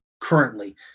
currently